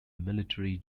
military